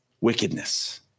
wickedness